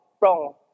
wrong